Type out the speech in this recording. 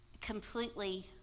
completely